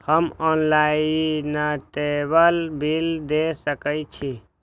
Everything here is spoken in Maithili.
हम ऑनलाईनटेबल बील दे सके छी?